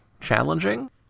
challenging